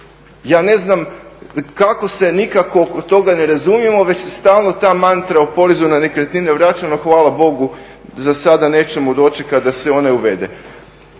Ja ne znam kako se nikako oko toga ne razumijemo već se stalno ta mantra o porezu na nekretnine vraćamo, a hvala Bogu za sada nećemo dočekati da se ona uvede.